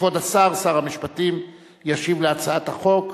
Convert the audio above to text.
כבוד השר, שר המשפטים, ישיב על הצעת החוק,